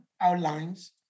outlines